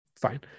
fine